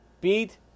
beat